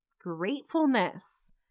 gratefulness